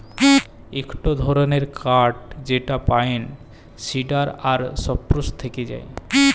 ইকটো ধরণের কাঠ যেটা পাইন, সিডার আর সপ্রুস থেক্যে পায়